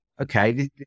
okay